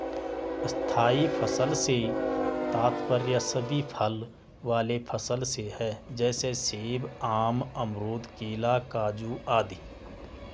स्थायी फसल से तात्पर्य सभी फल वाले फसल से है जैसे सेब, आम, अमरूद, केला, काजू आदि